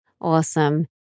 Awesome